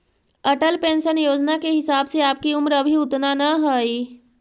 Atal pension Yojana के हिसाब से आपकी उम्र अभी उतना न हई